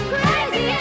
Crazy